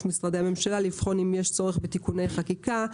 משרדי ממשלה לבחון אם יש צורך בתיקוני חקיקה,